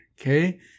okay